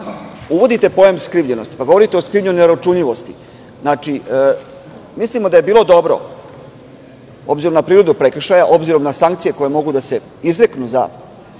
uvodite pojam skrivljenosti, pa govorite o skrivljenoj neuračunljivosti. Mislimo da je bilo dobro, obzirom na prirodu prekršaja i sankcije koje mogu da se izreknu za